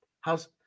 How's